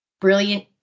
Brilliant